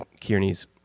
Kearney's